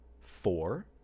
four